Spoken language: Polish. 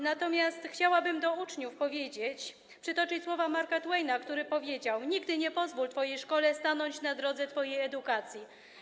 Natomiast chciałabym do uczniów skierować słowa Marka Twaina, który powiedział: Nigdy nie pozwól twojej szkole stanąć na drodze twojej edukacji.